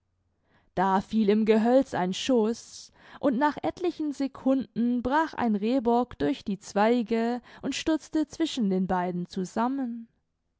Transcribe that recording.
da fiel im gehölz ein schuß und nach etlichen secunden brach ein rehbock durch die zweige und stürzte zwischen den beiden zusammen